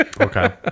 Okay